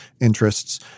interests